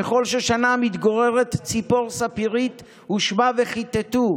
// בכל שושנה מתגוררת 'ציפור ספירית ושמה 'וכתתו'.